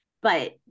but-